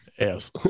Yes